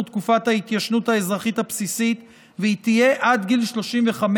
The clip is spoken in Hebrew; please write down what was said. תקופת ההתיישנות האזרחית הבסיסית והיא תהיה עד גיל 35,